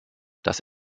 das